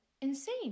insane